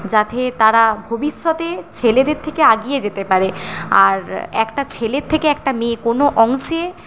যাতে তারা ভবিষ্যতে ছেলেদের থেকে এগিয়ে যেতে পারে আর একটা ছেলের থেকে একটা মেয়ে কোনো অংশে